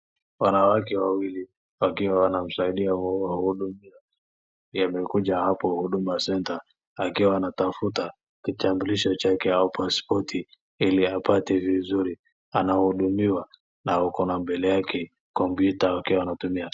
Wanawake wawili wakiwa wanamsaidia mhudumiwa ambaye amekuja hapo huduma centre akiwa anatafuta kitambulisho chake au paspoti ili apate vizuri, anahudumiwa na kuna mbele yake kompyuta wakiwa wanatumia.